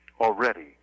already